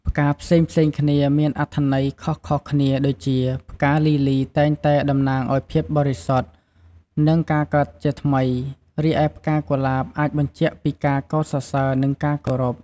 ផ្កាផ្សេងៗគ្នាមានអត្ថន័យខុសៗគ្នាដូចជា ផ្កាលីលីតែងតែតំណាងឱ្យភាពបរិសុទ្ធ និងការកើតជាថ្មី រីឯផ្កាកុលាបអាចបញ្ជាក់ពីការកោតសរសើរ និងការគោរព។